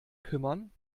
kümmern